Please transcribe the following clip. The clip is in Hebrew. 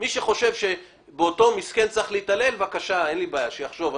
מי שחושב שבאותו מסכן צריך להתעלל, בבקשה, שיחשוב.